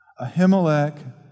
Ahimelech